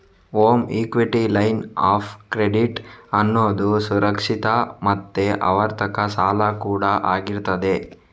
home equity line of credit ಅನ್ನುದು ಸುರಕ್ಷಿತ ಮತ್ತೆ ಆವರ್ತಕ ಸಾಲ ಕೂಡಾ ಆಗಿರ್ತದೆ